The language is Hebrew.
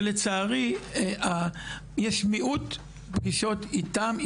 ולצערי יש מיעוט פגישות איתם,